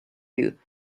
you